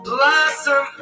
Blossom